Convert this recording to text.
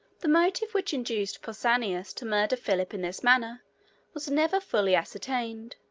the motive which induced pausanias to murder philip in this manner was never fully ascertained.